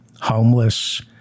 homeless